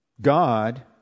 God